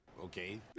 Okay